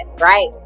right